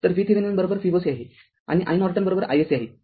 तर VThevenin Voc आहे आणि iNorton i s c आहे